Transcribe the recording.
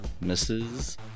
Misses